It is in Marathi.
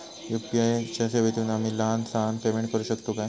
यू.पी.आय च्या सेवेतून आम्ही लहान सहान पेमेंट करू शकतू काय?